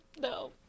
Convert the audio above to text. no